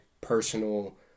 personal